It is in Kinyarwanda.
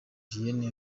julienne